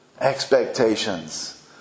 expectations